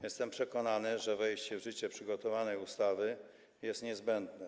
Jestem przekonany, że wejście w życie przygotowanej ustawy jest niezbędne.